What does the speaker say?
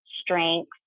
strength